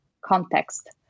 context